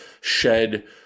shed